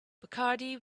bacardi